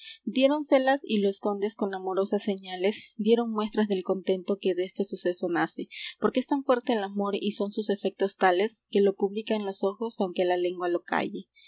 diéronselas y los condes con amorosas señales dieron muestras del contento que deste suceso nace porque es tan fuerte el amor y son sus efectos tales que lo publican los ojos aunque la lengua lo calle